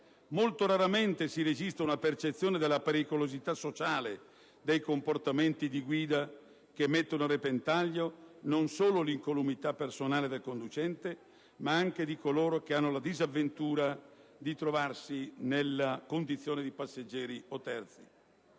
Molto raramente si registra una percezione della pericolosità sociale dei comportamenti di guida che mettono a repentaglio non solo l'incolumità personale del conducente, ma anche di coloro che hanno la disavventura di trovarsi nella condizione di passeggeri o di terzi.